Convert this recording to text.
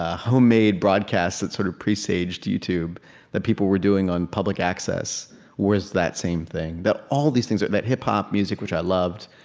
ah homemade broadcasts that sort of presaged youtube that people were doing on public access was that same thing, that all these things that that hip hop music, which i loved,